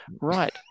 Right